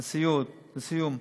לסיום,